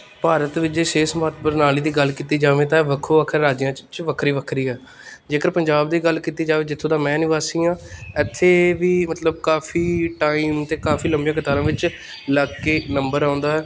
ਭਾਰਤ ਵਿੱਚ ਜੇ ਸਿਹਤ ਸੰਭਾਲ ਪ੍ਰਣਾਲੀ ਦੀ ਗੱਲ ਕੀਤੀ ਜਾਵੇ ਤਾਂ ਵੱਖੋ ਵੱਖਰੇ ਰਾਜਿਆਂ 'ਚ 'ਚ ਵੱਖਰੀ ਵੱਖਰੀ ਹੈ ਜੇਕਰ ਪੰਜਾਬ ਦੀ ਗੱਲ ਕੀਤੀ ਜਾਵੇ ਜਿੱਥੋਂ ਦਾ ਮੈਂ ਨਿਵਾਸੀ ਹਾਂ ਐਥੇ ਵੀ ਮਤਲਬ ਕਾਫੀ ਟਾਈਮ 'ਤੇ ਕਾਫੀ ਲੰਮੀਆਂ ਕਤਾਰਾਂ ਵਿੱਚ ਲੱਗ ਕੇ ਨੰਬਰ ਆਉਂਦਾ ਹੈ ਅਤੇ